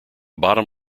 bottom